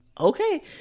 Okay